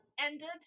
ended